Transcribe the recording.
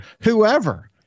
whoever